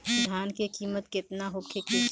धान के किमत केतना होखे चाही?